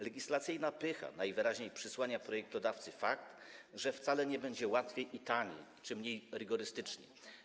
Legislacyjna pycha najwyraźniej przesłania projektodawcom fakt, że wcale nie będzie łatwiej i taniej czy mniej rygorystycznie.